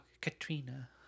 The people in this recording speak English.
katrina